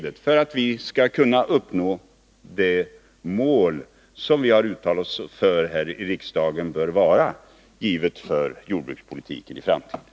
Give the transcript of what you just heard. Detta är nödvändigt för att vi skall kunna trygga de mål för jordbrukspolitiken i framtiden som vi uttalat oss för här i riksdagen.